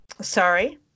Sorry